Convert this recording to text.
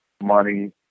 money